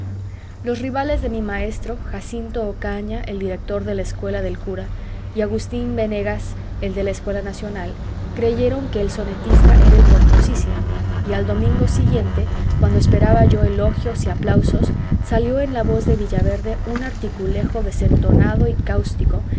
los rivales de mi maestro jacinto ocaña el director de la escuela del cura y agustín venegas el de la escuela nacional creyeron que el sonetista era el pomposísimo y al domingo siguiente cuando esperaba yo elogios y aplausos salió en la voz de villaverde un articulejo desentonado y cáustico